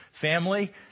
family